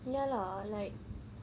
ya lah like